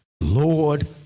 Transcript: Lord